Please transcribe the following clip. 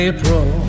April